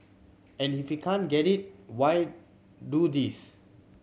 and if he can't get it why do this